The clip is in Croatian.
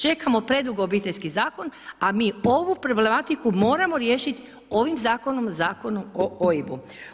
Čekamo predugo Obiteljski zakon a mi ovu problematiku moramo riješiti ovim zakonom, Zakonom o OIB-u.